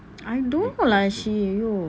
I don't know lah she no